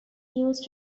used